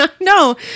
No